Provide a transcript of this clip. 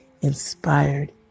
inspired